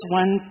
one